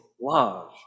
love